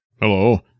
Hello